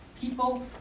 People